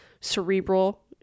cerebral